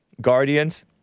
guardians